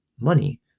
money